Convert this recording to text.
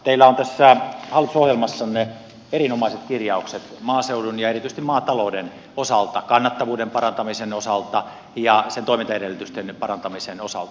teillä on tässä hallitusohjelmassanne erinomaiset kirjaukset maaseudun ja erityisesti maatalouden osalta kannattavuuden parantamisen osalta ja sen toimintaedellytysten parantamisen osalta